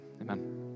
Amen